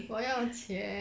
我要钱